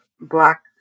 Black